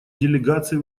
делегаций